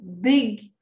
big